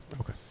Okay